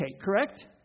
correct